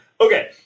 Okay